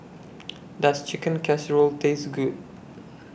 Does Chicken Casserole Taste Good